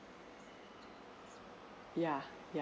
yeah yeah